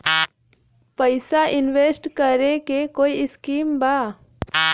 पैसा इंवेस्ट करे के कोई स्कीम बा?